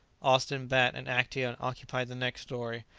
austin, bat, and actaeon occupied the next story,